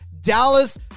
dallas